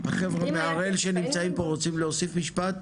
החבר'ה מהראל שנמצאים פה רוצים להוסיף משפט?